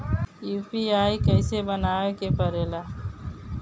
UPI कइसे बनावे के परेला?